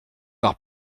être